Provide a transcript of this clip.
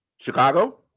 Chicago